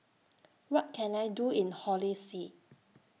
What Can I Do in Holy See